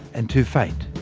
and too faint.